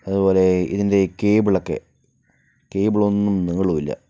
അതുപോലെ ഇതിൻ്റെ കേബിളൊക്കെ കേബിളൊന്നും നീളമില്ല